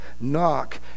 Knock